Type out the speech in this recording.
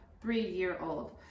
three-year-old